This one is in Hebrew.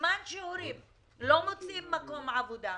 בזמן שהורים לא מוצאים מקום עבודה,